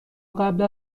قبل